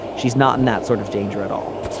she's not in that sort of danger at all.